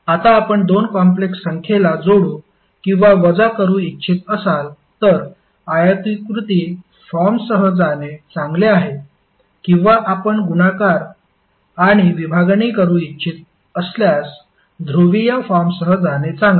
आता आपण दोन कॉम्प्लेक्स संख्येला जोडू किंवा वजा करू इच्छित असाल तर आयताकृती फॉर्मसह जाणे चांगले आहे किंवा आपण गुणाकार आणि विभागणी करू इच्छित असल्यास ध्रुवीय फॉर्मसह जाणे चांगले